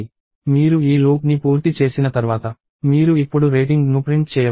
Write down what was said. మీరు ఈ లూప్ని పూర్తి చేసిన తర్వాత మీరు ఇప్పుడు రేటింగ్ను ప్రింట్ చేయవచ్చు